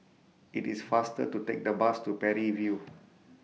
IT IS faster to Take The Bus to Parry View